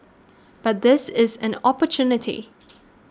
but this is an opportunity